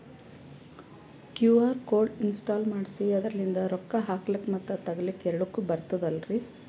QR code ನ install ಮಾಡೆಸಿ ಅದರ್ಲಿಂದ ರೊಕ್ಕ ಹಾಕ್ಲಕ್ಕ ಮತ್ತ ತಗಿಲಕ ಎರಡುಕ್ಕು ಬರ್ತದಲ್ರಿ?